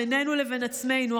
בינינו לבין עצמנו,